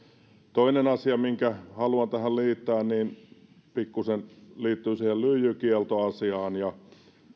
toinen asia minkä haluan tähän liittää pikkuisen liittyy siihen lyijykieltoasiaan meidän